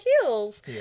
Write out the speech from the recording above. heels